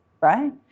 right